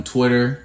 Twitter